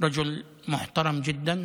לאחר מחלה.